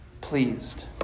pleased